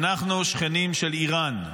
אנחנו שכנים של איראן.